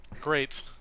Great